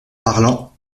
parlant